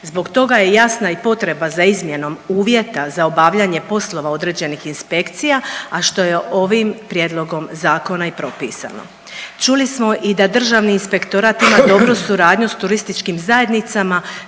Zbog toga je i jasna potreba za izmjenom uvjeta za obavljanje poslova određenih inspekcija, a što je ovim Prijedlogom zakona i propisano. Čuli smo i da Državni inspektorat ima dobru suradnju s turističkim zajednicama